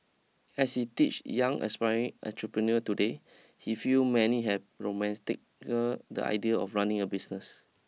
as he teaches young aspiring entrepreneur today he feel many have romanticised the idea of running a business